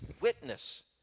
witness